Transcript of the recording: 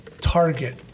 target